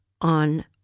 on